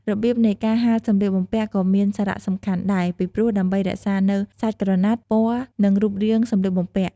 របៀបនៃការហាលសម្លៀកបំពាក់ក៏មានសារៈសំខាន់ដែរ ពីព្រោះដើម្បីរក្សានូវសាច់ក្រណាត់ ពណ៌ និងរូបរាងសម្លៀកបំពាក់។